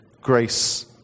grace